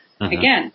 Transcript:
Again